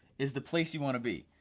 is the place you wanna be,